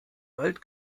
wald